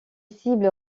cibles